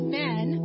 men